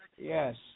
Yes